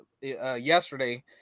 yesterday